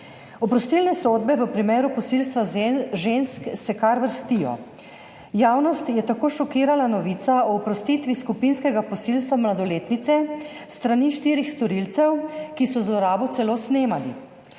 Oprostilne sodbe v primeru posilstva žensk se kar vrstijo. Javnost je tako šokirala novica o oprostitvi skupinskega posilstva mladoletnice s strani štirih storilcev, ki so zlorabo celo snemali.